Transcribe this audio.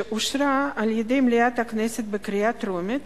שאושרה על-ידי מליאת הכנסת בקריאה טרומית,